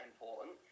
important